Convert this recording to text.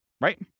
Right